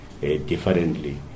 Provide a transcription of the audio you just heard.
differently